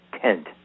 tent